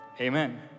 Amen